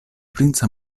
princa